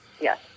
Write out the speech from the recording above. yes